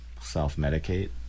self-medicate